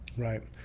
right.